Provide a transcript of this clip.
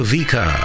Vika